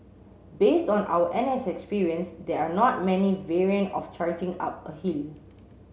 based on our N S experience there are not many variant of charging up a hill